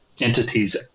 entities